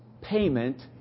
payment